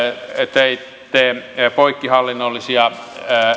teitte poikkihallinnollisia